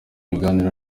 ibiganiro